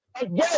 Again